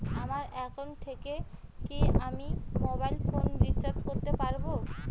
আমার একাউন্ট থেকে কি আমি মোবাইল ফোন রিসার্চ করতে পারবো?